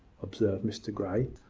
observed mr grey.